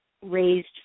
raised